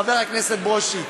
חבר הכנסת ברושי,